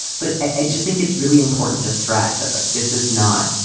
but i just think it's really important to stress that like this is not